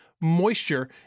moisture